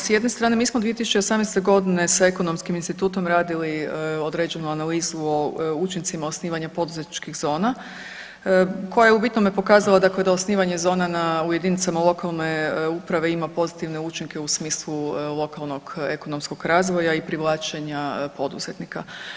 S jedne strane mi smo 2018.g. s Ekonomskim institutom radili određenu analizu o učincima osnivanja poduzetničkih zona koja je u bitnome pokazala da osnivanje zona u jedinicama lokalne uprave ima pozitivne učinke u smislu lokalnog ekonomskog razvoja i privlačenja poduzetnika.